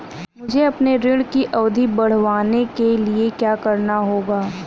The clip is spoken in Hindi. मुझे अपने ऋण की अवधि बढ़वाने के लिए क्या करना होगा?